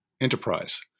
enterprise